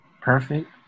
perfect